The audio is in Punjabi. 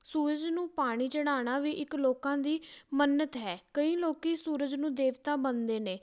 ਸੂਰਜ ਨੂੰ ਪਾਣੀ ਚੜਾਉਣਾ ਵੀ ਇੱਕ ਲੋਕਾਂ ਦੀ ਮੰਨਤ ਹੈ ਕਈ ਲੋਕ ਸੂਰਜ ਨੂੰ ਦੇਵਤਾ ਮੰਨਦੇ ਨੇ